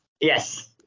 Yes